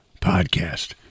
podcast